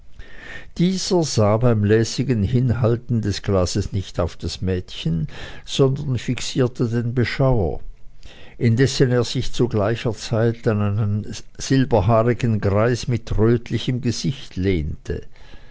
dieser sah beim lässigen hinhalten des glases nicht auf das mädchen sondern fixierte den beschauer indessen er sich zu gleicher zeit an einen silberhaarigen greis mit rötlichem gesicht lehnte